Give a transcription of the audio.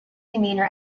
demeanor